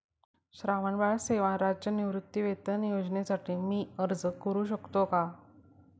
श्रावणबाळ सेवा राज्य निवृत्तीवेतन योजनेसाठी मी अर्ज करू शकतो का?